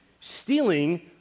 stealing